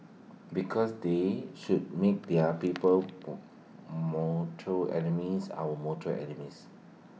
because they should make their people's more mortal enemies our mortal enemies